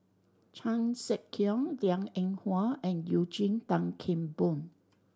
Chan Sek Keong Liang Eng Hwa and Eugene Tan Kheng Boon